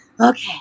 okay